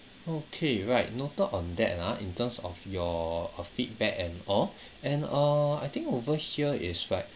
okay right noted on that ah in terms of your uh feedback and all and uh I think over here is right